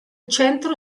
centro